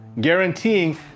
guaranteeing